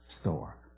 store